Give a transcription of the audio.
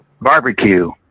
barbecue